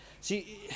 See